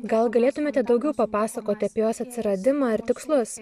gal galėtumėte daugiau papasakoti apie jos atsiradimą ir tikslus